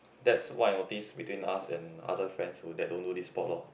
that's what I notice between us and our friends who don't do this sport loh